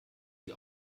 die